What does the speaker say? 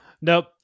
Nope